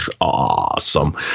awesome